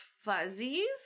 fuzzies